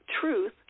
truth